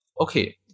okay